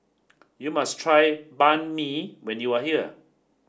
you must try Banh Mi when you are here